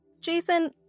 Jason